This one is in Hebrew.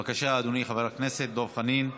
בבקשה, אדוני חבר הכנסת דב חנין.